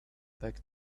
back